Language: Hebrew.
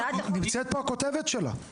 נמצאת פה הכותבת שלה.